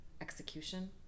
execution